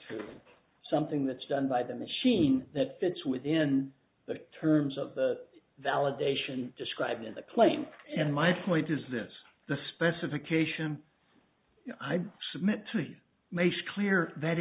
to something that's done by the machine that fits within the terms of the validation described in the claim and my point is this the specification i submit to you makes clear that